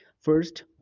first